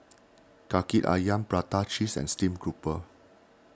Kaki Ayam Prata Cheese and Steamed Grouper